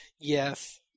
yes